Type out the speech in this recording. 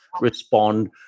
respond